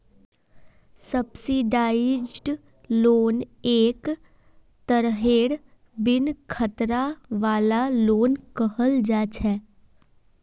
subsidised loan एक तरहेर बिन खतरा वाला लोन कहल जा छे